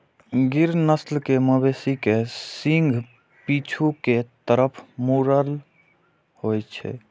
गिर नस्ल के मवेशी के सींग पीछू के तरफ मुड़ल होइ छै